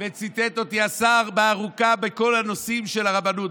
וציטט אותי השר ארוכות בכל הנושאים של הרבנות.